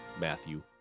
Matthew